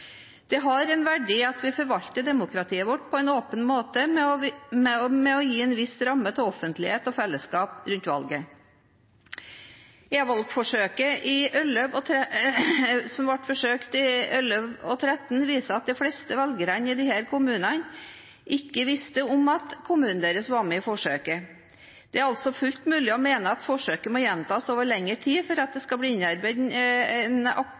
Det har en verdi at vi forvalter demokratiet vårt på en åpen måte ved å gi en viss ramme av offentlighet og fellesskap rundt valget. Evaluering av e-valgene i 2011 og 2013 viste at fleste velgerne i kommunene som deltok, ikke visste at kommunen deres var med i forsøket. Det er altså fullt mulig å mene at forsøket må gjentas over lengre tid for at det skal bli innarbeidet at det er en